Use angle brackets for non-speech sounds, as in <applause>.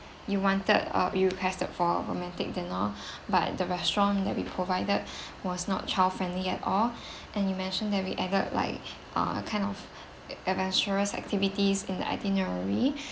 you wanted uh you romantic dinner but the restaurant that we provided <breath> was not child friendly at all <breath> and you mentioned that we added like uh kind of adventurous activities in the itinerary